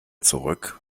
zurück